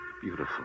Beautiful